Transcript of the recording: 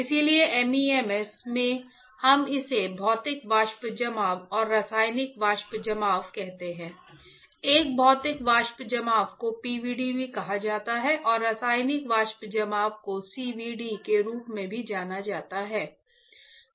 इसलिए MEMS में हम इसे भौतिक वाष्प जमाव और रासायनिक वाष्प जमाव कहते हैं l भौतिक वाष्प जमाव को PVD भी कहा जाता है और रासायनिक वाष्प जमाव को CVD के रूप में भी जाना जाता है